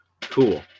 Cool